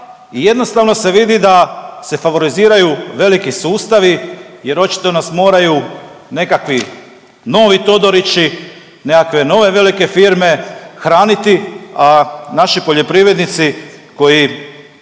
jednostavno se vidi da se favoriziraju veliki sustavi jer očito nas moraju nekakvi novi Todorići, nekakve nove velike firme hraniti, a naši poljoprivrednici koji